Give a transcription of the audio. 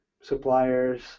suppliers